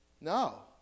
No